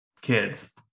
kids